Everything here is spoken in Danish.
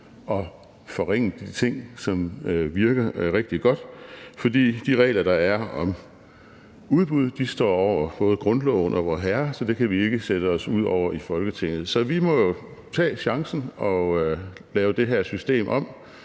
og forringe de ting, som virker rigtig godt, for de regler, der er om udbud, står over både grundloven og Vorherre, så det kan vi ikke sætte os ud over i Folketinget. Så vi må tage chancen og lave det her system om